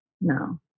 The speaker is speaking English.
No